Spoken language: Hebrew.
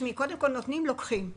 קודם לוקחים את מה שנותנים.